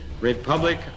Republic